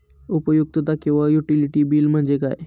उपयुक्तता किंवा utility bill म्हणजे काय?